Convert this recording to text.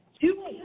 two